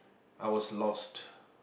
I was lost